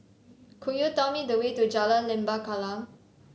could you tell me the way to Jalan Lembah Kallang